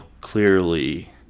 clearly